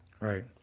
Right